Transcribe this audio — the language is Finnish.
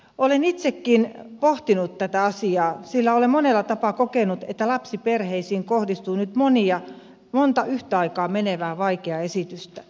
olen itsekin pohtinut tätä asiaa sillä olen monella tapaa kokenut että lapsiperheisiin kohdistuu nyt monta yhtä aikaa menevää vaikeaa esitystä